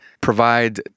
provide